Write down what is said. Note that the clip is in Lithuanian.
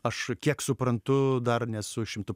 aš kiek suprantu dar nesu šimtu